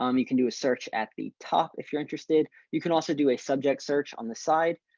um you can do a search at the top. if you're interested, you can also do a subject search on the side.